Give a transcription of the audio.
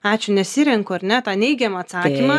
ačiū nesirenku ar ne tą neigiamą atsakymą